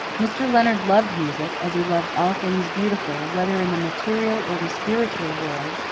mr. leonard loved music, as he loved all things beautiful whether in the material or the spiritual world,